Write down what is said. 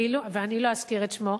ואני לא אזכיר את שמו: